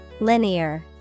Linear